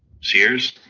Sears